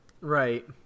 Right